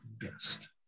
best